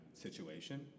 situation